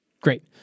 Great